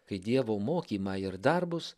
kai dievo mokymą ir darbus